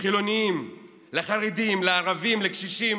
לחילונים, לחרדים, לערבים, לקשישים,